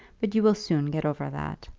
but you will soon get over that.